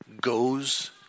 goes